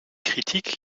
critique